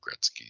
Gretzky